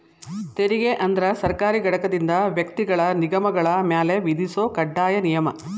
ತೆರಿಗೆ ಅಂದ್ರ ಸರ್ಕಾರಿ ಘಟಕದಿಂದ ವ್ಯಕ್ತಿಗಳ ನಿಗಮಗಳ ಮ್ಯಾಲೆ ವಿಧಿಸೊ ಕಡ್ಡಾಯ ನಿಯಮ